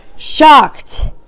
shocked